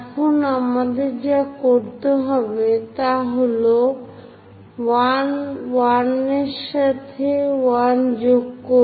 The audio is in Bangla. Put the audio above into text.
এখন আমাদের যা করতে হবে তা হল 1 1 এর সাথে 1 যোগ করা